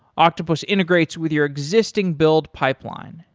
octopus integrates with your existing build pipeline,